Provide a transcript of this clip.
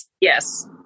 Yes